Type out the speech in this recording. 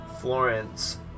Florence